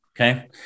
Okay